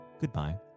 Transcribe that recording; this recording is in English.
goodbye